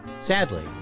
Sadly